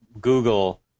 Google